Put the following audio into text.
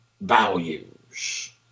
values